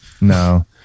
No